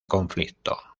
conflicto